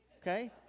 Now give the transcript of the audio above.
Okay